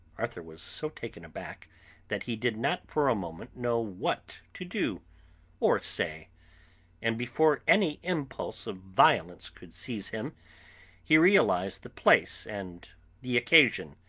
arthur was so taken aback that he did not for a moment know what to do or say and before any impulse of violence could seize him he realised the place and the occasion,